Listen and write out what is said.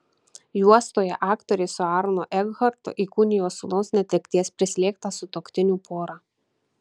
juostoje aktorė su aronu ekhartu įkūnija sūnaus netekties prislėgtą sutuoktinių porą